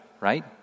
right